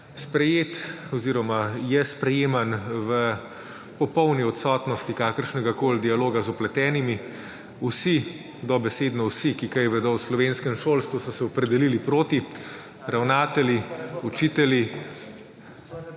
sprejet oziroma je sprejeman v popolni odsotnosti kakršnegakoli dialoga z vpletenimi. Vsi, dobesedno vsi, ki kaj vedo o slovenskem šolstvu, so se opredelili proti, ravnatelji, učitelji,